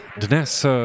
dnes